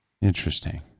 Interesting